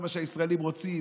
זה מה שהישראלים רוצים,